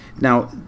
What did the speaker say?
Now